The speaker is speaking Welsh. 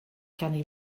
ganddi